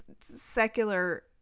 secular